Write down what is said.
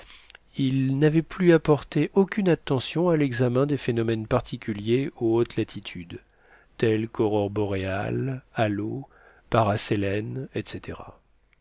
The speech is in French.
il n'avait plus apporté aucune attention à l'examen des phénomènes particuliers aux hautes latitudes tels qu'aurores boréales halos parasélènes etc